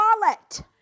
wallet